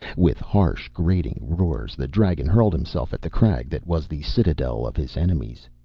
with harsh, grating roars, the dragon hurled himself at the crag that was the citadel of his enemies.